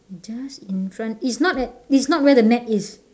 just in front it's not at it's not where the net is